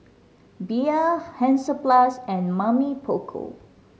Bia Hansaplast and Mamy Poko